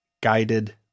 guided